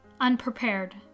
unprepared